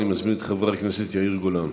אני מזמין את חבר הכנסת יאיר גולן.